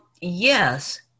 Yes